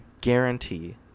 guarantee